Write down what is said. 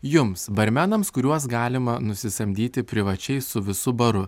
jums barmenams kuriuos galima nusisamdyti privačiai su visu baru